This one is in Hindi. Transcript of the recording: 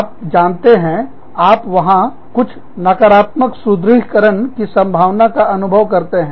आप जानते हैं आप वहां कुछ नकारात्मक सुदृढ़ीकरण की संभावना का अनुभव करते हैं